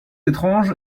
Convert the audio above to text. étrange